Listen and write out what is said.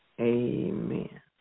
Amen